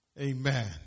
amen